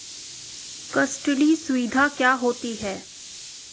Custody सुविधा क्या होती है?